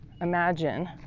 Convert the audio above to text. imagine